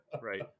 Right